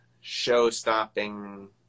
show-stopping